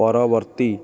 ପରବର୍ତ୍ତୀ